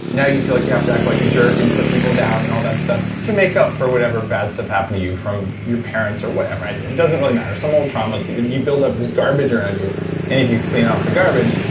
now you feel like you have to act like a jerk and put people down and all that stuff to make up for whatever bad stuff happened to you from your parents or whatever. it doesn't really matter some old traumas, that you built up this garbage around you and if you clean off the garbage,